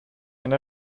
eine